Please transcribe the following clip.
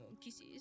Kisses